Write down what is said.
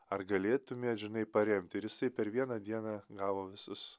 ar galėtumėt žinai paremt ir jisai per vieną dieną gavo visus